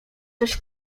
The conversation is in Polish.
coś